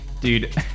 Dude